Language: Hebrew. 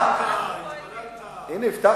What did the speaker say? אנחנו פה עדים.